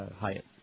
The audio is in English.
Hyatt